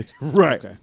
Right